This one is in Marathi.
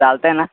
चालतं आहे ना